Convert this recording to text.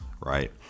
Right